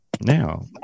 now